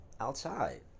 outside